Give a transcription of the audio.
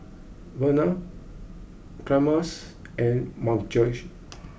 Verner Chalmers and Margy